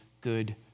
good